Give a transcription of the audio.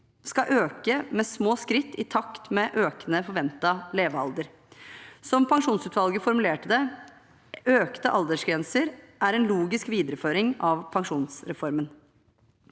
skal øke med små skritt, i takt med økende forventet levealder. Som pensjonsutvalget formulerte det: «Økte aldersgrenser er en logisk videreføring av pensjonsreformen.»